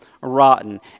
rotten